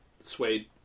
suede